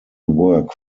work